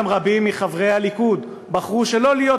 גם רבים מחברי הליכוד בחרו שלא להיות